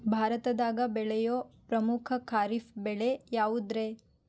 ಭಾರತದಾಗ ಬೆಳೆಯೋ ಪ್ರಮುಖ ಖಾರಿಫ್ ಬೆಳೆ ಯಾವುದ್ರೇ?